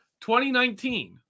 2019